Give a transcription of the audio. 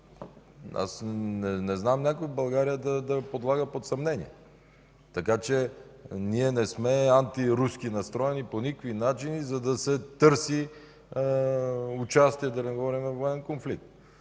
не знам някой в България да я подлага под съмнение. Така че ние не сме антируски настроени по никакви начини, за да се търси участие, да не говорим за военен конфликт.